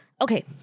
okay